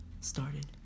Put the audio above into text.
started